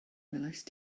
welaist